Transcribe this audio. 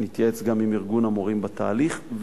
נתייעץ גם עם ארגון המורים בתהליך,